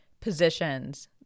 positions